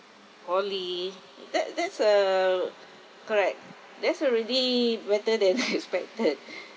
poly that that's uh correct that's already better than expected